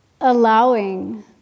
allowing